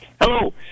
Hello